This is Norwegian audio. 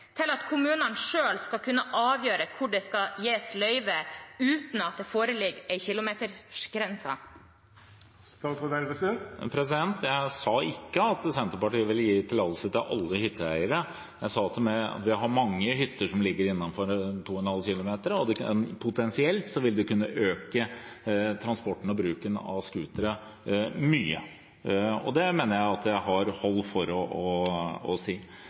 overføres til kommunene. Har ikke statsråden tillit til at kommunene selv skal kunne avgjøre hvor det skal gis løyve, uten at det foreligger en kilometersgrense? Jeg sa ikke at Senterpartiet vil gi tillatelse til alle hytteeiere. Jeg sa at vi har mange hytter som ligger innenfor grensen på 2,5 km, og potensielt vil det kunne øke transporten og bruken av scootere mye. Det mener jeg at det er hold for å si.